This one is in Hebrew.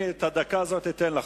אני את הדקה הזו אתן לך.